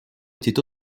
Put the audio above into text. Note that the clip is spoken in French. était